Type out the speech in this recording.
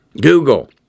Google